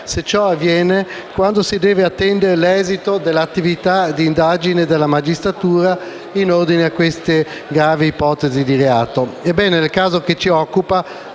se ciò avviene quando si deve attendere l'esito dell'attività di indagine della magistratura in ordine a queste gravi ipotesi di reato e di corruzione. Ebbene, nel caso che ci occupa